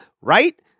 right